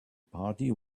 party